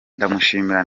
ndamushimira